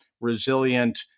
resilient